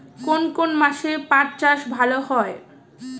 কোন কোন মাসে পাট চাষ ভালো হয়?